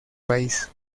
país